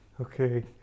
okay